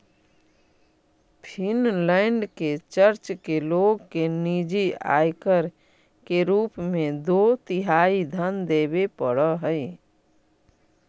Finland में church के लोग के निजी आयकर के रूप में दो तिहाई धन देवे पड़ऽ हई